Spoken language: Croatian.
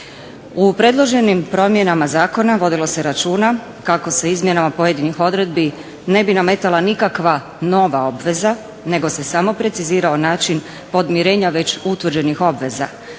U predloženim promjenama Zakona vodilo se računa kako se izmjenama pojedinih odredbi ne bi nametala nikakva nova obveza nego se samo precizirao način podmirenja već utvrđenih obveza